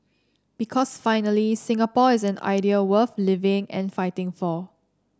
because finally Singapore is an idea worth living and fighting for